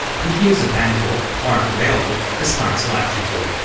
you can use the pen tool, or if available, a smart selection tool.